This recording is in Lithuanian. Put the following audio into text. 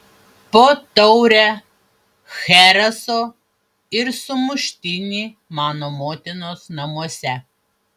po taurę chereso ir sumuštinį mano motinos namuose